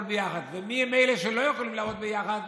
ביחד ומיהם אלה שלא יכולים לעבוד ביחד.